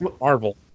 Marvel